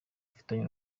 ufitanye